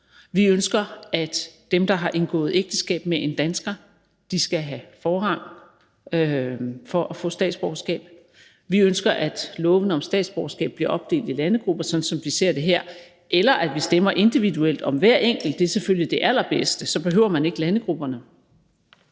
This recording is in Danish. Vi ønsker, at dem, der har indgået ægteskab med en dansker, skal have forrang til at få statsborgerskab. Vi ønsker, at lovene om statsborgerskab bliver opdelt i landegrupper, sådan som vi ser det her, eller at vi stemmer individuelt om hver enkelt; det er selvfølgelig det allerbedste, så behøver man ikke landegrupperne.